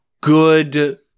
good